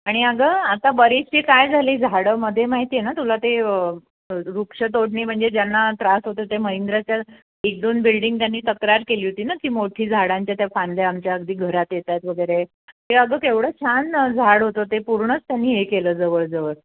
आणि अगं आता बरीचशी काय झाली झाडंमध्ये माहिती आहे ना तुला ते वृक्ष तोडणी म्हणजे ज्यांना त्रास होतो ते महिंद्राच्या एक दोन बिल्डिंग त्यांनी तक्रार केली होती ना की मोठी झाडांच्या त्या फांद्या आमच्या अगदी घरात येत आहेत वगैरे ते अगं एवढं छान झाड होतं ते पूर्णच त्यांनी हे केलं जवळजवळ